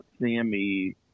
Sammy